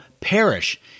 perish